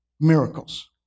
miracles